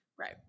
Right